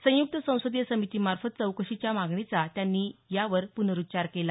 संयुक्त संसदीय समितीमार्फत चौकशीच्या मागणीचा त्यांनी यावर पुनरुच्वार केला